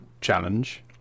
challenge